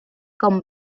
com